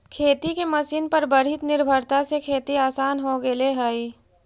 खेती के मशीन पर बढ़ीत निर्भरता से खेती आसान हो गेले हई